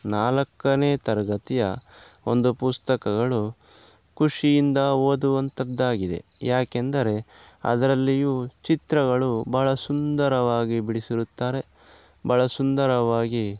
ನಾಲ್ಕನೇ ತರಗತಿಯ ಒಂದು ಪುಸ್ತಕಗಳು ಖುಷಿಯಿಂದ ಓದುವಂಥದ್ದಾಗಿದೆ ಏಕೆಂದರೆ ಅದರಲ್ಲಿಯೂ ಚಿತ್ರಗಳು ಬಹಳ ಸುಂದರವಾಗಿ ಬಿಡಿಸಿರುತ್ತಾರೆ ಬಹಳ ಸುಂದರವಾಗಿ